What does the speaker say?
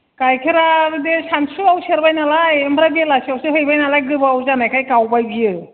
गाइखेरा बे सानसुआव सेरबाय नालाय ओमफ्राय बेलासियावसो हैबाय नालाय गोबाव जानायखाय गावबाय बियो